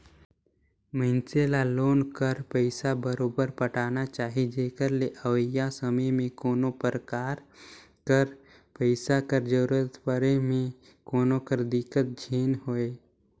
मइनसे ल लोन कर पइसा बरोबेर पटाना चाही जेकर ले अवइया समे में कोनो परकार कर पइसा कर जरूरत परे में कोनो कर दिक्कत झेइन होए